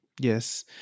Yes